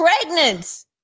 pregnant